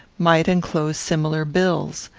might enclose similar bills.